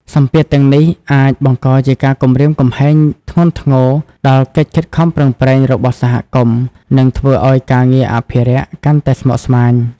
សម្ពាធទាំងនេះអាចបង្កជាការគំរាមកំហែងធ្ងន់ធ្ងរដល់កិច្ចខិតខំប្រឹងប្រែងរបស់សហគមន៍ និងធ្វើឱ្យការងារអភិរក្សកាន់តែស្មុគស្មាញ។